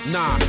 Nah